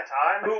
time